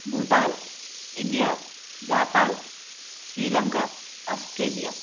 Bhutan India Japan Sri Lanka Australia